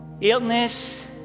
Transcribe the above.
Illness